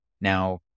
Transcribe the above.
now